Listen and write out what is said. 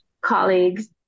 colleagues